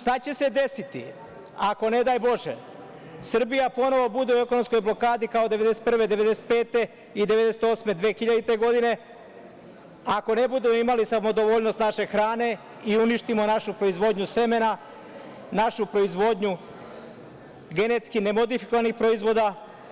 Šta će se desiti, ako ne daj Bože, Srbija bude opet u ekonomskoj blokadi, kao 1991, 1995, 1998. i 2000. godine, ako ne budu imali samodovoljnost naše hrane i uništimo našu proizvodnju semena, našu proizvodnju genetski ne modifikovanih proizvoda,